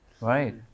Right